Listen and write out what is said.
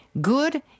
good